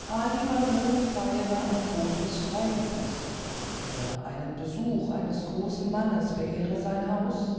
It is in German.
ali banu feiere ein großes freudenfest oder ein besuch eines großen mannes beehre sein haus